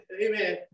amen